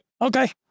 Okay